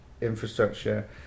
infrastructure